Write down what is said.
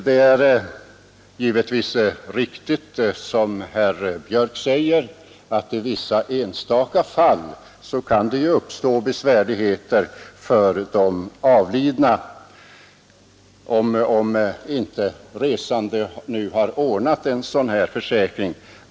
Det är givetvis riktigt som herr Björck i Nässjö säger, att det i vissa enstaka fall kan uppstå besvärligheter för den avlidnes anhöriga om inte en sådan försäkring för resande har ordnats.